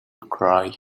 cry